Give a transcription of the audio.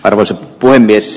arvoisa puhemies